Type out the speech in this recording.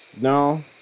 No